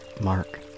Mark